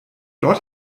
dort